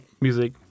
music